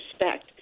respect